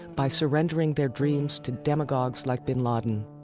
by surrendering their dreams to demagogues like bin laden